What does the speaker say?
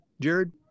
Jared